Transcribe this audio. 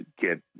get